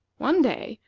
one day,